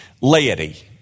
Laity